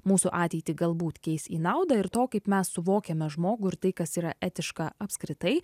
mūsų ateitį galbūt keis į naudą ir to kaip mes suvokiame žmogų ir tai kas yra etiška apskritai